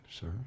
sir